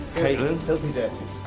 caitlin? filthy dirty.